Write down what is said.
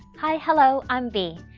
hi, hello, i'm bee.